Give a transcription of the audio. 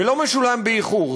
ולא משולם באיחור.